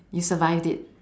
you survived it